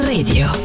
Radio